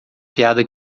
piada